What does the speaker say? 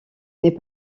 n’est